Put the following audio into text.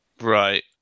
Right